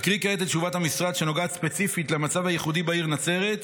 אקריא כעת את תשובת המשרד שנוגעת ספציפית למצב הייחודי בעיר נצרת,